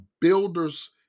builder's